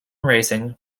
racing